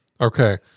Okay